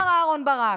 מר אהרן ברק.